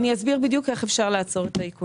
אני אסביר בדיוק איך אפשר לעצור את העיקולים.